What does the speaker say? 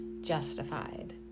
justified